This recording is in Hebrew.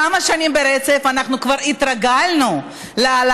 כמה שנים ברצף אנחנו כבר התרגלנו להעלאה